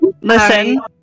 listen